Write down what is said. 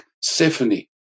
Stephanie